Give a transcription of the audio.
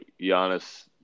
Giannis